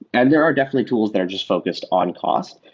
and there are definitely tools that are just focused on cost.